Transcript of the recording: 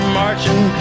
marching